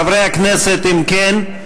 חברי הכנסת, אם כן,